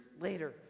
later